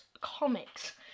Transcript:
comics